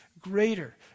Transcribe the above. greater